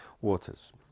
waters